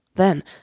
Then